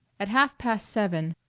at half past seven,